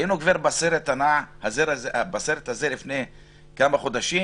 היינו כבר בסרט הזה לפני כמה חודשים,